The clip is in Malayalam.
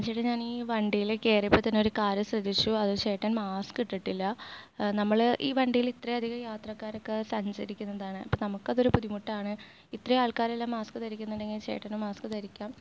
ചേട്ടാ ഞാനീ വണ്ടിയിൽ കയറിയപ്പോൾ തന്നെ ഒരു കാര്യം ശ്രദ്ധിച്ചു അത് ചേട്ടന് മാസ്ക് ഇട്ടിട്ടില്ല നമ്മൾ ഈ വണ്ടിയിൽ ഇത്രയധികം യാത്രക്കാരൊക്കെ സഞ്ചരിക്കുന്നതാണ് അപ്പോൾ നമുക്കതൊരു ബുദ്ധിമുട്ടാണ് ഇത്രയും ആള്ക്കാരെല്ലാം മാസ്ക് ധരിക്കുന്നുണ്ടെങ്കിൽ ചേട്ടനും മാസ്ക് ധരിക്കാം